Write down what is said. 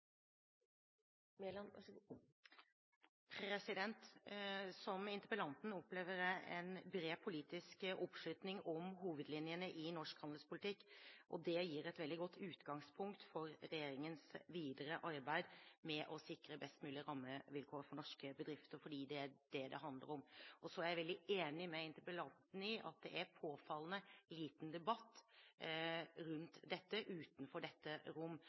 Som interpellanten opplever jeg en bred politisk oppslutning om hovedlinjene i norsk handelspolitikk, og det gir et veldig godt utgangspunkt for regjeringens videre arbeid med å sikre best mulig rammevilkår for norske bedrifter – for det er det det handler om. Jeg er også veldig enig med interpellanten i at det er påfallende liten debatt rundt dette utenfor dette rom.